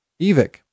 Evic